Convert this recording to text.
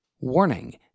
Warning